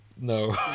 no